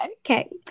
Okay